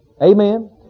Amen